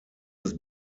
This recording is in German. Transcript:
des